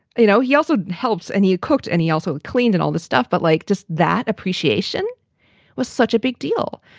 you know, he also helps. and you cooked and he also cleaned and all the stuff. but like, just that appreciation was such a big deal.